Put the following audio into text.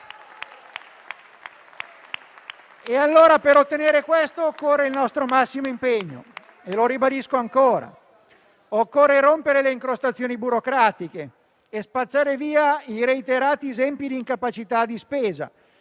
Per ottenere questo occorre il nostro massimo impegno, lo ribadisco ancora; occorre rompere le incrostazioni burocratiche e spazzare via i reiterati esempi di incapacità di spesa